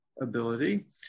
ability